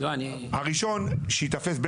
הראשון שייתפס,